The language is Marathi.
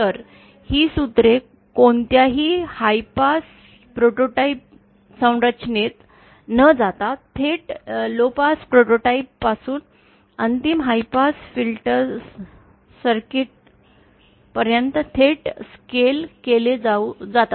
तर ही सूत्रे कोणत्याही हाय पास प्रोटोटाइप संरचनेत न जाता थेट लो पास प्रोटोटाइप पासून अंतिम हाय पास फिल्टर सर्किट पर्यंत थेट स्केल केल जातात